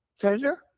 Treasure